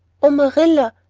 oh, marilla,